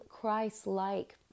Christ-like